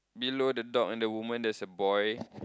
below the dog and the woman there's a boy